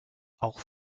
auch